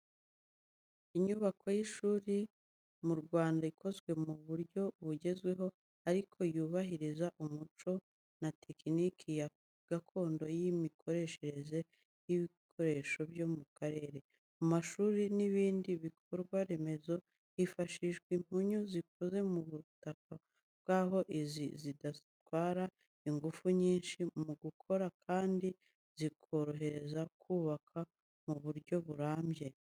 Inyubako y’ishuri mu Rwanda ikozwe mu buryo bugezweho, ariko yubahiriza umuco na tekiniki gakondo y’imikoreshereze y’ibikoresho byo mu karere. Mu mashuri n’ibindi bikorwa remezo, hifashishwa impunyu, zikoze mu butaka bw’aho izi zidatwara ingufu nyinshi mu gukora kandi zikorohereza kubaka mu buryo burambye .